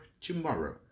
tomorrow